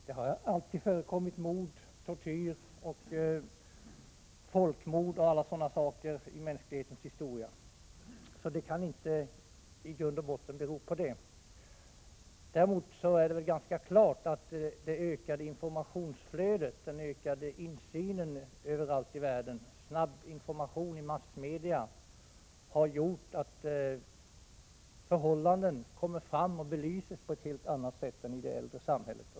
Det har alltid förekommit folkmord, tortyr osv. i mänsklighetens historia. Den ökade uppmärksamheten kan nog inte bero på ökat våld. Däremot är det väl ganska klart att den ökade insynen, det ökade informationsflödet, den snabba informationen i massmedia överallt i världen har gjort att olika förhållanden kommer fram och belyses på ett helt annat sätt än i det äldre samhället.